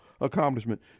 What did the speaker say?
accomplishment